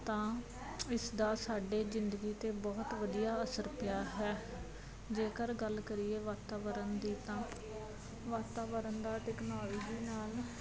ਤਾਂ ਇਸਦਾ ਸਾਡੇ ਜ਼ਿੰਦਗੀ 'ਤੇ ਬਹੁਤ ਵਧੀਆ ਅਸਰ ਪਿਆ ਹੈ ਜੇਕਰ ਗੱਲ ਕਰੀਏ ਵਾਤਾਵਰਨ ਦੀ ਤਾਂ ਵਾਤਾਵਰਨ ਦਾ ਤਕਨੋਲਜੀ ਨਾਲ